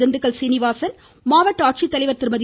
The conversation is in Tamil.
திண்டுக்கல் சீனிவாசன் மாவட்ட ஆட்சித்தலைவா் திருமதி